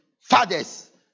fathers